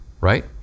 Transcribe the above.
right